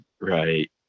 Right